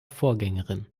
vorgängerin